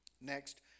Next